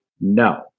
no